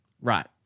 Right